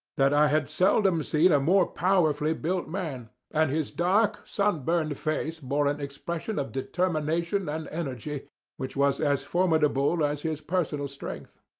that i had seldom seen a more powerfully built man and his dark sunburned face bore an expression of determination and energy which was as formidable as his personal strength.